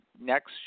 next